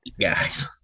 guys